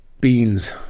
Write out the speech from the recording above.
Beans